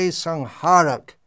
sangharak